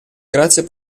grazia